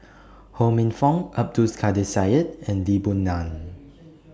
Ho Minfong Abdul Kadir Syed and Lee Boon Ngan